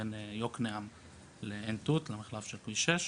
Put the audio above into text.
בין יקנעם לעין תות, למחלף של כביש 6,